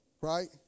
Right